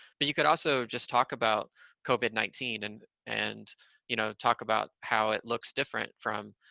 but you could also just talk about covid nineteen, and and you know, talk about how it looks different from